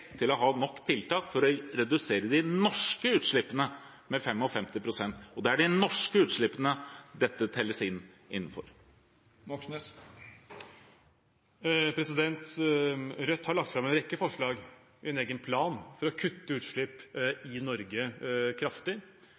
til å ha nok tiltak for å redusere de norske utslippene med 55 pst.? Det er de norske utslippene dette telles innenfor. Rødt har lagt fram en rekke forslag, en egen plan, for å kutte utslipp i Norge kraftig.